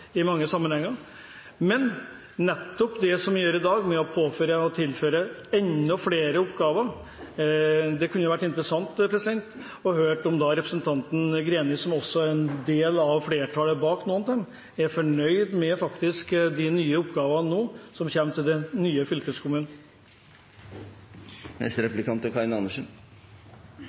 i mange sammenhenger. Men når det gjelder nettopp det som vi gjør i dag ved å tilføre enda flere oppgaver, kunne det vært interessant å høre om representanten Greni, som også er en del av flertallet bak noe av dette, er fornøyd med de nye oppgavene som nå kommer til den nye fylkeskommunen. Nå fikk vi høre et innlegg fra Venstre, som tydeligvis er